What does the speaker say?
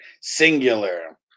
singular